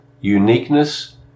uniqueness